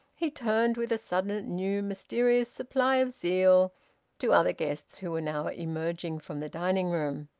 he turned with a sudden new mysterious supply of zeal to other guests who were now emerging from the dining-room.